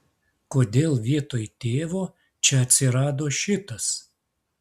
kodėl vietoj tėvo čia atsirado šitas